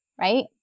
right